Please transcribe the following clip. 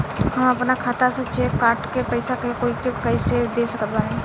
हम अपना खाता से चेक काट के पैसा कोई के कैसे दे सकत बानी?